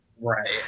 Right